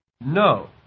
No